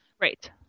Right